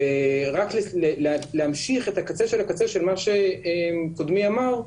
ורק להמשיך את הקצה של הקצה של מה שקודמי אמר,